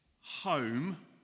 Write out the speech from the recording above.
home